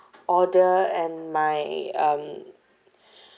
order and my um